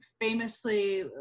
Famously